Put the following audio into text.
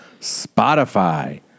Spotify